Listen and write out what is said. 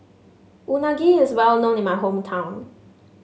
unagi is well known in my hometown